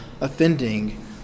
offending